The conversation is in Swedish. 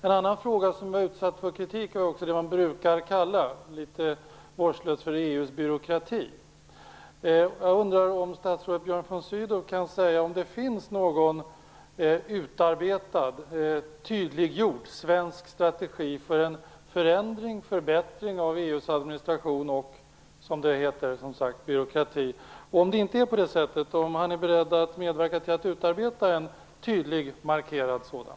En annan fråga som var utsatt för kritik var också det som man, litet vårdslöst, brukar kalla för EU:s byråkrati. Jag undrar om statsrådet Björn von Sydow kan säga om det finns någon utarbetad tydliggjord svensk strategi för en förändring och förbättring av EU:s administration och, som det heter, byråkrati. Om det inte är på det sättet, är Björn von Sydow då beredd att medverka till att utarbeta en tydlig markerad sådan?